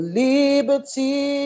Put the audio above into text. liberty